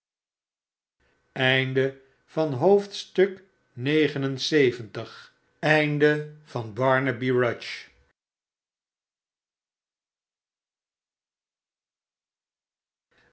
nacht barnaby rudge